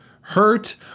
hurt